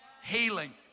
healing